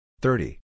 thirty